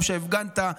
גם כשהפגנת,